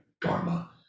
dharma